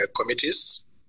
committees